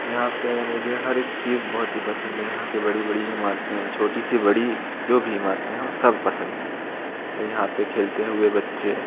यहाँ पे मुझे हर एक चीज़ बहुत ही पसंद है यहाँ के बड़ी बड़ी इमारतें छोटी सी बड़ी जो भी इमारतें हैं वो सब पसंद हैं और यहाँ पे खेलते हुए बच्चे